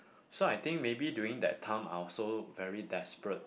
so I think maybe during that time I also very desperate